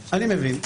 אני מבין,